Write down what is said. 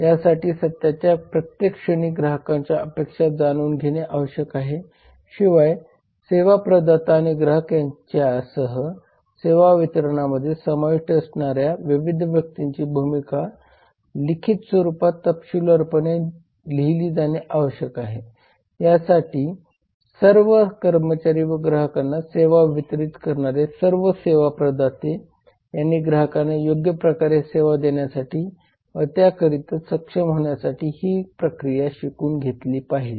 यासाठी सत्याच्या प्रत्येक क्षणी ग्राहकांच्या अपेक्षा जाणून घेणे आवश्यक आहे शिवाय सेवा प्रदाता आणि ग्राहक यांच्यासह सेवा वितरणामध्ये समाविष्ट असणाऱ्या विविध व्यक्तींच्या भूमिका लिखित स्वरूपात तपशीलवारपणे लिहिले जाणे आवश्यक आहेत यासाठी सर्व कर्मचारी व ग्राहकांना सेवा वितरीत करणारे सर्व सेवा प्रदाते यांनी ग्राहकांना योग्य प्रकारे सेवा देण्यासाठी व त्या करिता सक्षम होण्यासाठी ही प्रक्रिया शिकून घेतली पाहिजे